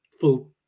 full